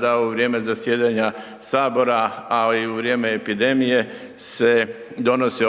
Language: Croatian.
da u vrijeme zasjedanja Sabora, a i u vrijeme epidemije se donosi,